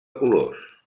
colors